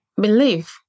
believe